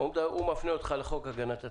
הוא מפנה אותך לחוק הגנת הצרכן,